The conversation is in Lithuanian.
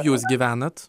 jūs gyvenat